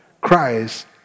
Christ